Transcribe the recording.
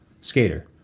Skater